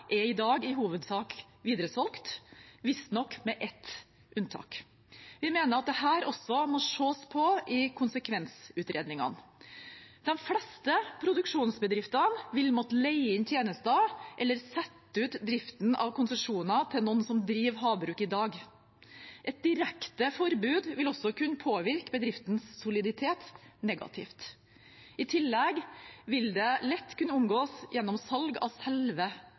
er i dag hovedsak videresolgt, visstnok med ett unntak. Vi mener at dette også må ses på i konsekvensutredningen. De fleste produksjonsbedriftene vil måtte leie inn tjenester eller sette ut driften av konsesjoner til noen som driver havbruk i dag. Et direkte forbud vil også kunne påvirke bedriftens soliditet negativt. I tillegg vil det lett kunne omgås gjennom salg av selve